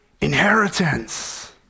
inheritance